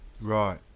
Right